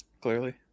Clearly